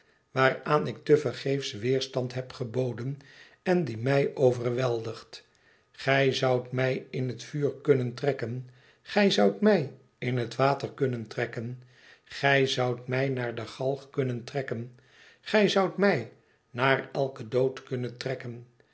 waaraan ik tevergeefs weerstand heb geboden en die mij overweldigt gij zoudt mij in het vuur kunnen trekken gij zoudt mij in het water kimnen trekken gij zoudt mij naar de galg kunnen trekken gij zoudt mij naar eiken dood kunnen trekken